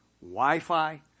Wi-Fi